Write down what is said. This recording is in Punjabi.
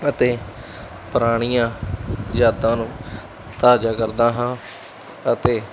ਅਤੇ ਪੁਰਾਣੀਆਂ ਯਾਦਾਂ ਨੂੰ ਤਾਜਾ ਕਰਦਾ ਹਾਂ ਅਤੇ